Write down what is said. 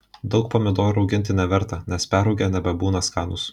daug pomidorų rauginti neverta nes perrūgę nebebūna skanūs